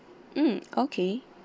mm okay